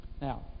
Now